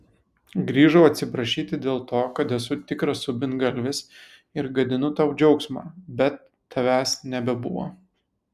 grįžau atsiprašyti dėl to kad esu tikras subingalvis ir gadinu tau džiaugsmą bet tavęs nebebuvo